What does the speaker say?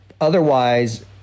otherwise